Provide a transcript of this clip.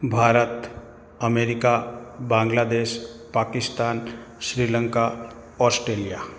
Bharat America Bangladesh Pakistan Sri Lanka Australia